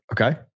Okay